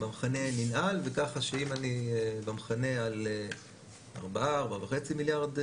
במכנה ננעל וככה שאם אני במכנה על 4 4.5 מיליארד דולר,